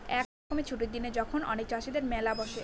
এক রকমের ছুটির দিনে যখন অনেক চাষীদের মেলা বসে